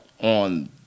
on